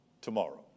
tomorrow